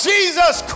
Jesus